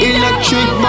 Electric